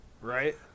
Right